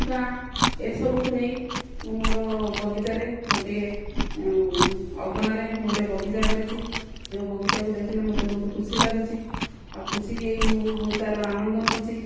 ଗାଁ ଏସବୁକୁ ନେଇ ମୁଁ ମୋର ବଗିଚାରେ ଗୋଟିଏ ଅଗଣାରେ ମୁଁ ଗୋଟିଏ ବଗିଚା କରିଛି ଯେଉଁ ବାଗିଚାକୁ ଦେଖିଲେ ମୋତେ ବହୁତ ଖୁସି ଲାଗୁଛି ଆଉ ଖୁସି ହୋଇ ମୁଁ ବି ବହୁତ ତା'ର ଆନନ୍ଦ ନେଉଛି